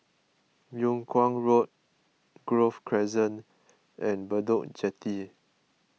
Yung Kuang Road Grove Crescent and Bedok Jetty